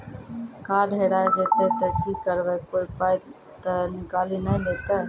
Card हेरा जइतै तऽ की करवै, कोय पाय तऽ निकालि नै लेतै?